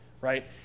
right